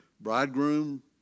Bridegroom